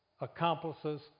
accomplices